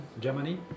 Germany